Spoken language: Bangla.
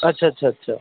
আচ্ছা আচ্ছা আচ্ছা